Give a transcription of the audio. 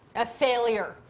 a failure.